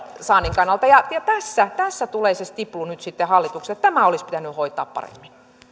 kannalta ja tässä tässä tulee se stiplu nyt sitten hallitukselle tämä olisi pitänyt hoitaa paremmin